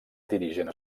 dirigent